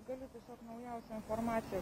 galiu tiesiog naujausią informaciją